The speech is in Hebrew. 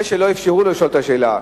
זה שלא אפשרו לו לשאול את השאלה,